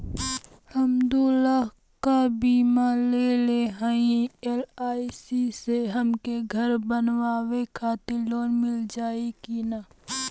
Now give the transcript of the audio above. हम दूलाख क बीमा लेले हई एल.आई.सी से हमके घर बनवावे खातिर लोन मिल जाई कि ना?